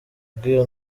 bw’ibyo